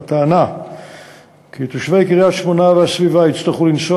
והטענה שתושבי קריית-שמונה והסביבה יצטרכו לנסוע